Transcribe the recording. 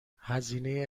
هزینه